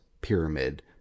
pyramid